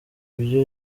byo